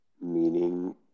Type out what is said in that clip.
meaning